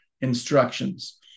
instructions